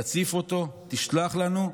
תציף אותו ותשלח אותו.